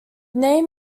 name